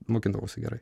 mokindavausi gerai